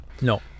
no